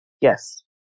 Yes